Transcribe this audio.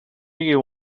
you